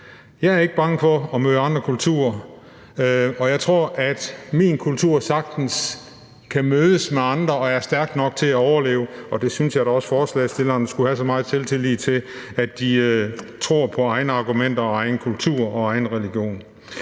Jeg er ikke bange for at møde andre kulturer, og jeg tror, at min kultur sagtens kan mødes med andre og er stærk nok til at overleve, og det synes jeg da også forslagsstillerne skulle have så meget selvtillid til, altså at de kunne tro på egne argumenter og egen kultur og egen religion.